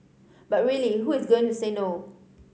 but really who is going to say no